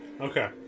Okay